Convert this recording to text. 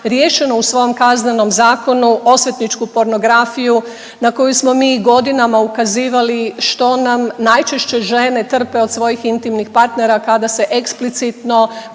riješeno u svom kaznenom zakonu osvetničku pornografiju na koju smo mi godinama ukazivali što nam najčešće žene trpe od svojih intimnih partnera kada se eksplicitno